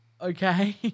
okay